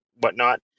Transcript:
whatnot